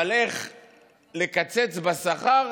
אבל איך לקצץ בשכר,